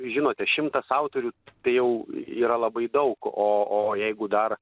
žinote šimtas autorių tai jau yra labai daug o o jeigu dar